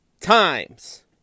times